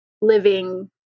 living